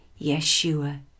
Yeshua